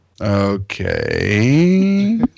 okay